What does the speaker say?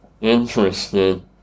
interested